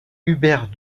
hubert